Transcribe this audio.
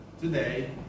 today